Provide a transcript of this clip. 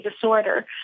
disorder